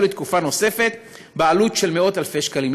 לתקופה נוספת בעלות של מאות אלפי שקלים.